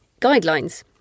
guidelines